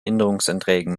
änderungsanträgen